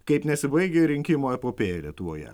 kaip nesibaigia ir rinkimų epopėja lietuvoje